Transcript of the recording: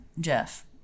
Jeff